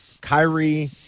Kyrie